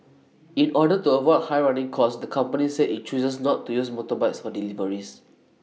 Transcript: in order to avoid high running costs the company said IT chooses not to use motorbikes for deliveries